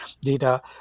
data